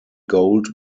gold